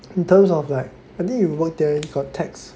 in terms of like I think you work there got tax